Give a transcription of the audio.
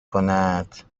کند